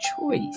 choice